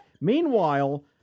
Meanwhile